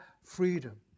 freedom